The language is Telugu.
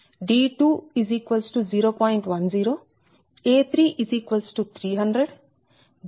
15 a2 400 b2 44 d2 0